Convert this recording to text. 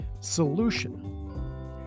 solution